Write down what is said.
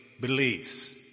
beliefs